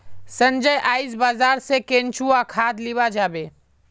संजय आइज बाजार स केंचुआ खाद लीबा जाबे